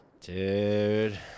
Dude